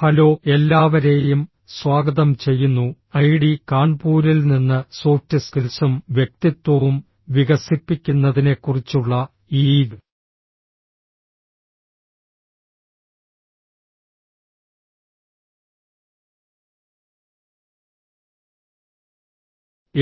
hello എല്ലാവരേയും സ്വാഗതം ചെയ്യുന്നു ഐഐടി കാൺപൂരിൽ നിന്ന് സോഫ്റ്റ് സ്കിൽസും വ്യക്തിത്വവും വികസിപ്പിക്കുന്നതിനെക്കുറിച്ചുള്ള ഈ